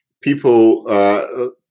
people